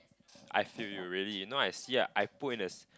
I feel you really know I see ah I put in the